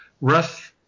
rough